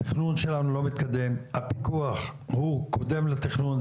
התכנון שלנו לא מתקדם, הפיקוח הוא קודם לתכנון.